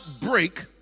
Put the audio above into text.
break